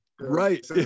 right